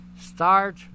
Start